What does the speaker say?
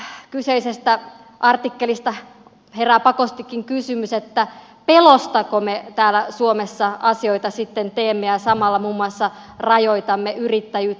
tästä kyseisestä artikkelista herää pakostikin kysymys että pelostako me täällä suomessa asioita sitten teemme ja samalla muun muassa rajoitamme yrittäjyyttä